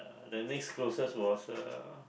the next closest was uh